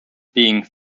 being